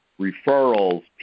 referrals